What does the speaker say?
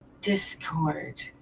discord